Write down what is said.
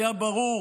היה ברור